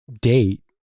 date